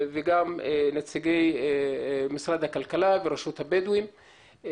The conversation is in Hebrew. וגם נציגי משרד הכלכלה, ורשות הבדואים.